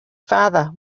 farther